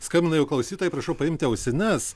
skambina jau klausytojai prašau paimti ausines